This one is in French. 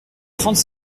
trente